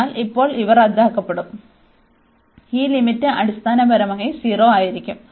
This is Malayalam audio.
അതിനാൽ ഇപ്പോൾ ഇവ റദ്ദാക്കപ്പെടും ഈ ലിമിറ്റ് അടിസ്ഥാനപരമായി 0 ആയിരിക്കും